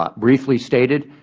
ah briefly stated,